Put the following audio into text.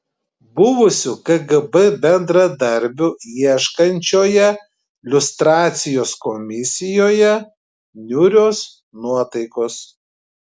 buvusių kgb bendradarbių ieškančioje liustracijos komisijoje niūrios nuotaikos